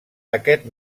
aquest